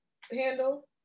handle